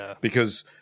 because-